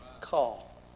call